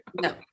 No